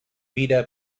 vita